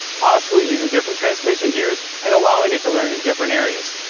possibly using different transmission gears and allowing it to learn in different areas,